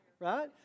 Right